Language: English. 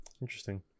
interesting